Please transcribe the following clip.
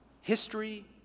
History